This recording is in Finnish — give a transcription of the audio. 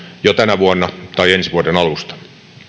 jo tänä vuonna tai ensi vuoden alusta